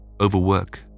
overwork